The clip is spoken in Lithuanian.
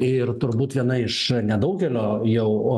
ir turbūt viena iš nedaugelio jau